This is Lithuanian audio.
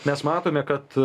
mes matome kad